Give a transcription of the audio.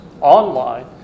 online